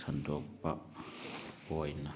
ꯁꯟꯗꯣꯛꯄ ꯑꯣꯏꯅ